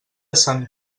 sant